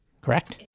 correct